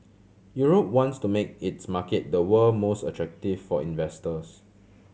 Europe wants to make its market the world most attractive for investors